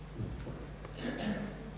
Hvala.